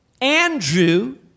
Andrew